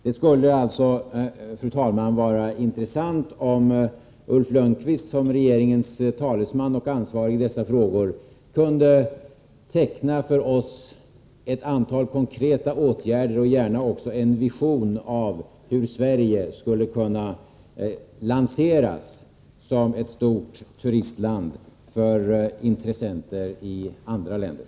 Det skulle alltså, fru talman, vara intressant om Ulf Lönnqvist som regeringens talesman och ansvarige i dessa frågor för oss kunde ange ett antal konkreta åtgärder och gärna också teckna en vision av hur Sverige skulle kunna lanseras som ett stort turistland för intressenter från andra länder.